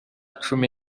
cumi